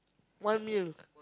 one meal